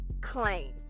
claim